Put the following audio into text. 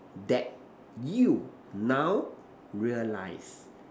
that you now realize